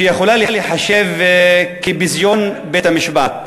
מה שיכול להיחשב כביזיון בית-המשפט.